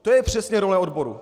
To je přesně role odborů.